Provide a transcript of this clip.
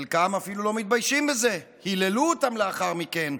חלקם אפילו לא מתביישים בזה, היללו אותם לאחר מכן.